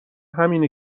همینه